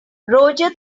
roger